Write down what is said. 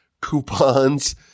coupons